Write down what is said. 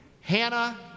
Hannah